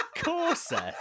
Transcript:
Corset